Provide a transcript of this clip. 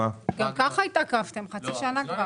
גם כך התעכבתם כבר חצי שנה.